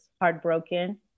heartbroken